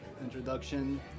introduction